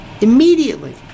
immediately